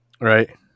Right